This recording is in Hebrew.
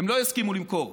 הם לא יסכימו למכור,